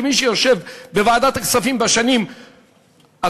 כמי שישב בוועדת הכספים בשנים הקודמות